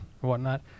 whatnot